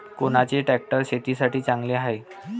कोनचे ट्रॅक्टर शेतीसाठी चांगले हाये?